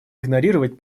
игнорировать